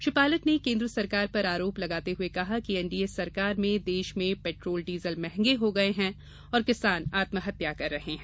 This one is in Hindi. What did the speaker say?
श्री पायलट ने केन्द्र सरकार पर आरोप लगाते हुये कहा कि एनडीए सरकार में देश में पेट्रोल डीजल महंगें हो गये है और किसान आत्महत्या कर रहे हैं